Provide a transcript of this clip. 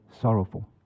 sorrowful